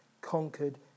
conquered